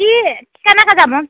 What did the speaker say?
কি কেনেকৈ যাব